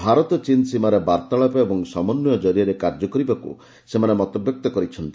ଭାରତ ଚୀନ୍ ସୀମାରେ ବାର୍ତ୍ତାଳାପ ଓ ସମନ୍ୱୟ ଜରିଆରେ କାର୍ଯ୍ୟ କରିବାକୁ ସେମାନେ ମତବ୍ୟକ୍ତ କରିଛନ୍ତି